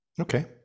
Okay